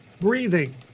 breathing